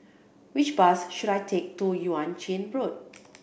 which bus should I take to Yuan Ching Road